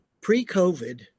pre-COVID